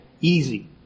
easy